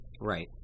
Right